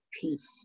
peace